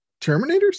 Terminators